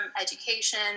education